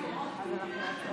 בסדר.